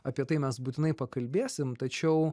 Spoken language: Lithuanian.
apie tai mes būtinai pakalbėsim tačiau